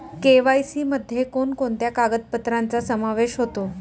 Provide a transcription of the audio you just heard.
KYC मध्ये कोणकोणत्या कागदपत्रांचा समावेश होतो?